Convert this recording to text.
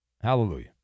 Hallelujah